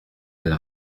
elle